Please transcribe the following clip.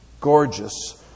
gorgeous